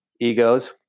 egos